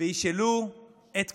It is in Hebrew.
וישאלו את כולם: